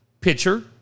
pitcher